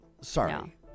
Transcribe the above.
sorry